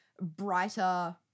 brighter